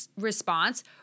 response